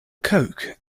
coke